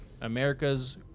America's